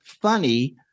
funny